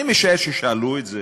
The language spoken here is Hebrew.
אני משער ששאלו את זה